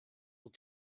will